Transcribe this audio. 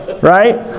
right